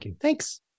Thanks